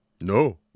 No